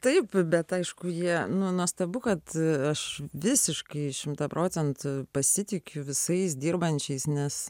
taip bet aišku jie nuostabu kad aš visiškai šimtu procentų pasitikiu visais dirbančiais nes